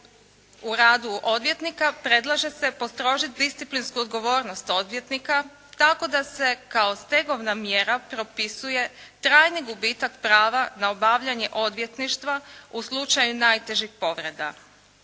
u radu odvjetnika predlaže se postrožiti disciplinsku odgovornost odvjetnika tako da se kao stegovna mjera propisuje trajni gubitak prava na obavljanje odvjetništva u slučaju najtežih povreda.